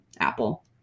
Apple